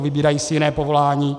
Vybírají si jiné povolání.